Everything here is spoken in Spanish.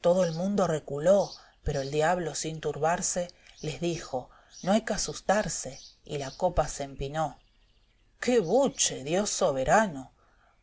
todo el mundo reculó pero el diablo sin turbarse e del campó tj s dijo no hay que asustarse y la copa se empinó qué buche dios soberano